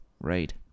right